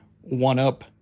one-up